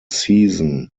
season